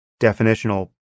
definitional